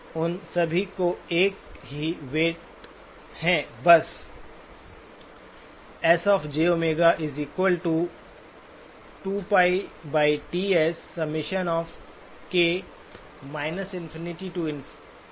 उन सभी को एक ही वेइट है